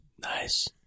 Nice